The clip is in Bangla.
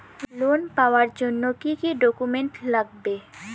লোন পাওয়ার জন্যে কি কি ডকুমেন্ট লাগবে?